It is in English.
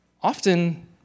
often